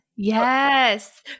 Yes